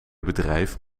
bedrijf